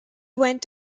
went